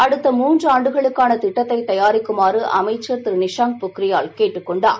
அடுத்த மூன்றாண்டுகளுக்கான திட்டத்தைத் தயாரிக்குமாறு அமைச்சர் திரு நிஷாங்க் பொக்ரியால் கேட்டுக் கொண்டார்